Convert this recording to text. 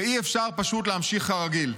ואי-אפשר פשוט להמשיך כרגיל.